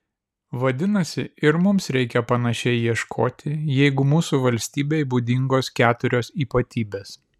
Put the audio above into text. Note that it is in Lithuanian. vadinasi ir mums reikia panašiai ieškoti jeigu mūsų valstybei būdingos keturios ypatybės